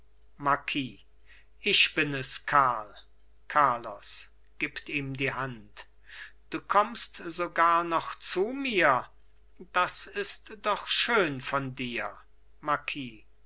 marquis ich bin es karl carlos gibt ihm die hand du kommst sogar noch zu mir das ist doch schön von dir